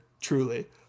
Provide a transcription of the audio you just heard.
truly